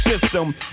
system